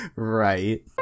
Right